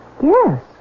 Yes